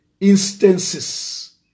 instances